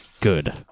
Good